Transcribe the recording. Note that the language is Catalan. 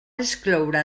excloure